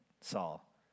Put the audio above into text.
Saul